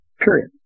Period